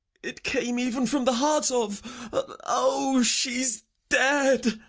it came even from the heart of o! she's dead!